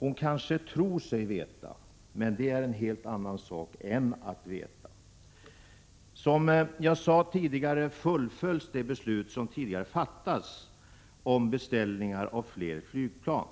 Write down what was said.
Hon kanske tror sig veta, men det är en helt annan sak än att veta. Som jag sade i svaret fullföljs de beslut som tidigare fattats om beställningar av fler flygplan.